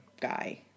guy